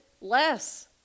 less